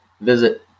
Visit